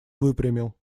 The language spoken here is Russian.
выпрямил